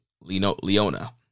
Leona